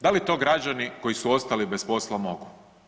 Da li to građani koji su ostali bez posla mogu?